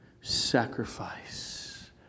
sacrifice